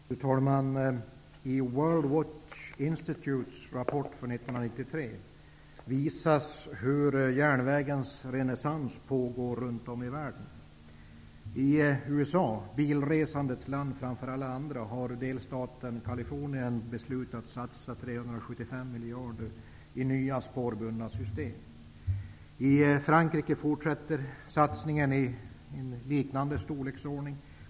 Fru talman! I World Watch Institutes rapport från 1993 visas hur järnvägens renässans pågår runt om i världen. I USA, bilresandets land framför alla andra, har delstaten Kalifornien beslutat att satsa Frankrike fortsätter satsningen i en liknande storleksordning.